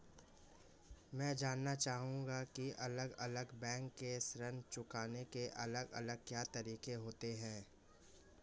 मैं जानना चाहूंगा की अलग अलग बैंक के ऋण चुकाने के अलग अलग क्या तरीके होते हैं?